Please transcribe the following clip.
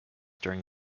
during